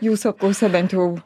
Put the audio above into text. jūsų apklausa bent jau